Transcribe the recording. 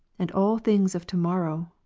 and all things of to-morrow,